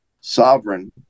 sovereign